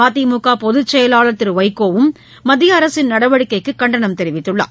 மதிமுக பொதுச்செயலாளர் திரு வைகோவும் மத்திய அரசின் நடவடிக்கைக்கு கண்டனம் தெரிவித்துள்ளார்